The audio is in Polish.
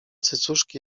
cycuszki